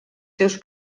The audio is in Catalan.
seus